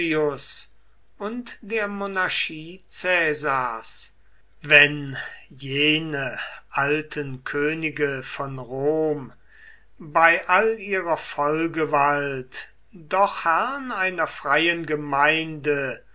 und der monarchie caesars wenn jene alten könige vor rom bei all ihrer vollgewalt doch herrn einer freien gemeinde